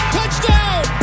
Touchdown